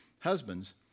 Husbands